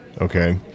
okay